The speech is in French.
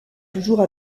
toujours